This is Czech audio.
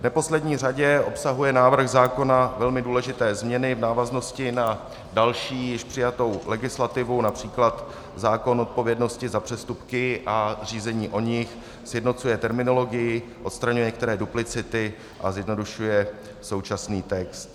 V neposlední řadě obsahuje návrh zákona velmi důležité změny v návaznosti na další, již přijatou legislativu, například zákon o odpovědnosti za přestupky a řízení o nich, sjednocuje terminologii, odstraňuje některé duplicity a zjednodušuje současný text.